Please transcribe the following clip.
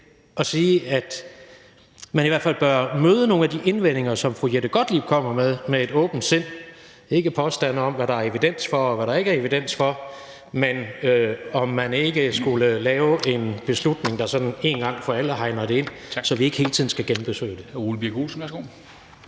at sige, at man i hvert fald bør møde nogle af de indvendinger, som fru Jette Gottlieb kommer med, med et åbent sind, og ikke med påstande om, hvad der er evidens for, og hvad der ikke er evidens for, men om man ikke skulle lave en beslutning, der sådan en gang for alle hegner det ind, så vi ikke hele tiden skal genbesøge det.